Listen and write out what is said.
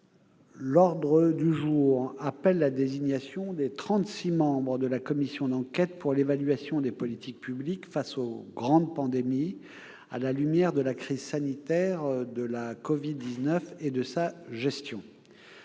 L'ordre du jour appelle la désignation des trente-six membres de la commission d'enquête pour l'évaluation des politiques publiques face aux grandes pandémies à la lumière de la crise sanitaire de la covid-19 et de sa gestion.